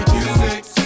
Music